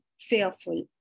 fearful